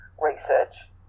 research